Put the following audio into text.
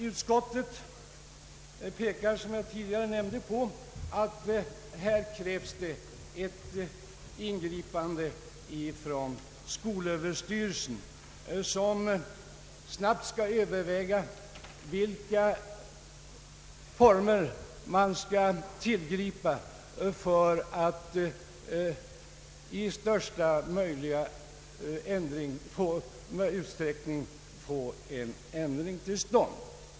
Utskottet pekar, som jag tidigare nämnde, på att här krävs ett ingripande från skolöverstyrelsen, som snabbt skall överväga vilka former man skall tillgripa för att i största möjliga utsträckning få en ändring till stånd.